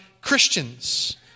Christians